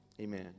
amen